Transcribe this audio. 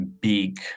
big